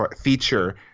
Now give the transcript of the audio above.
feature